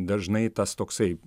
dažnai tas toksai